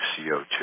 CO2